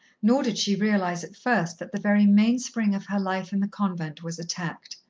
nor did she realize at first that the very mainspring of her life in the convent was attacked.